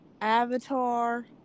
Avatar